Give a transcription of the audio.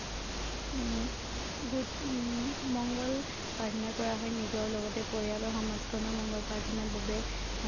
মংগল প্ৰাৰ্থনা কৰা হয় নিজৰ লগতে পৰিয়ালৰ সমাজখনৰ মংগল প্ৰাৰ্থনাৰ বাবে